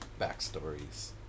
backstories